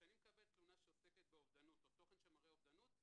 כשאני מקבל תלונה שעוסקת באובדנות או תוכן שמראה אובדנות,